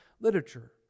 literature